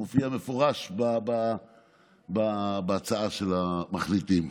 זה מופיע במפורש בהצעת מחליטים.